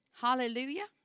hallelujah